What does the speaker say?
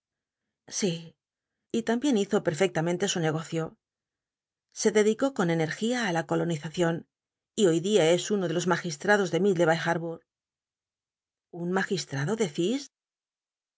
sí y tambien hizo perfectamente su negocio se dedicó con energía i la colonizacion y hoy di t es uno de los magistrados de ll iddlebay llarbour un magistrado decis